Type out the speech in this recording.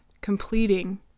completing